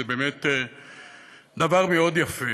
וזה באמת דבר מאוד יפה,